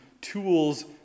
tools